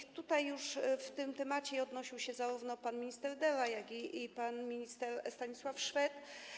I tutaj już w tym temacie odnosił się zarówno pan minister Dera, jak i pan minister Stanisław Szwed.